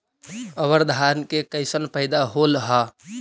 अबर धान के कैसन पैदा होल हा?